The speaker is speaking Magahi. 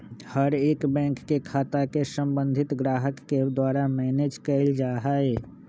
हर एक बैंक के खाता के सम्बन्धित ग्राहक के द्वारा मैनेज कइल जा हई